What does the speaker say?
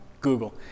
google